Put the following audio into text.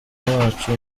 wacu